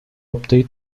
update